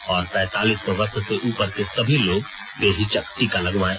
और पैंतालीस वर्ष से उपर के सभी लोग बेहिचक टीका लगवायें